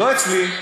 לא אצלי.